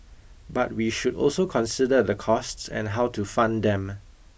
but we should also consider the costs and how to fund them